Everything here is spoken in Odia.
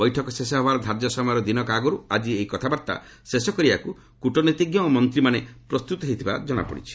ବୈଠକ ଶେଷ ହେବାର ଧାର୍ଯ୍ୟ ସମୟର ଦିନକ ଆଗରୁ ଆଜି ଏଇ କଥାବାର୍ତ୍ତା ଶେଷ କରିବାକୁ କ୍ରଟନୀତିଜ୍ଞ ଓ ମନ୍ତ୍ରୀମାନେ ପ୍ରସ୍ତୁତ ହେଉଥିବାର ଜଣାପଡ଼ିଛି